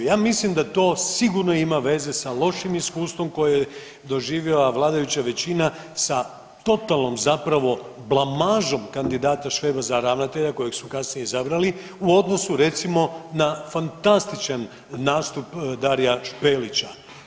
Ja mislim da to sigurno ima veze sa lošim iskustvom koje je doživjela vladajuća većina sa totalnom zapravo blamažom kandidata Šveba za ravnatelja kojeg su kasnije izabrali u odnosu recimo na fantastičan nastup Darija Špelića.